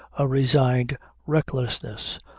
a resigned recklessness,